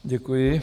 Děkuji.